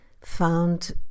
found